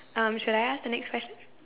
um should I ask the next question